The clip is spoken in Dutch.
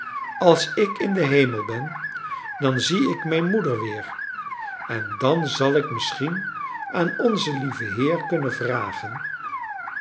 als ik in den hemel ben dan zie ik mijn moeder weer en dan zal ik misschien aan onzen lieven heer kunnen vragen